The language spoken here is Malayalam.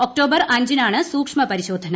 ഒക്ടോബർ അഞ്ചിനാണ് സൂക്ഷ്മ പരിശോധന